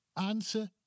Answer